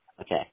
okay